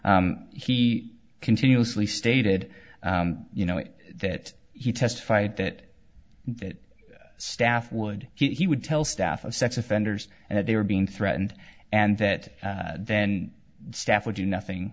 he continuously stated you know that he testified that that staff would he would tell staff of sex offenders and that they were being threatened and that then staff would you nothing